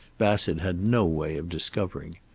bassett had no way of discovering.